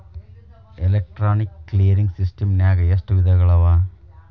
Electronic clearing ಸಿಸ್ಟಮ್ನಾಗ ಎಷ್ಟ ವಿಧಗಳವ?